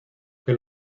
que